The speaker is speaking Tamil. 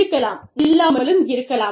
இருக்கலாம் இல்லாமலும் இருக்கலாம்